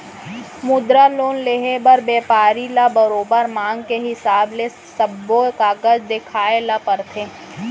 मुद्रा लोन लेहे बर बेपारी ल बरोबर मांग के हिसाब ले सब्बो कागज देखाए ल परथे